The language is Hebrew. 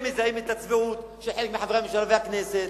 הם מזהים את הצביעות של חלק מחברי הממשלה והכנסת,